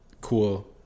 cool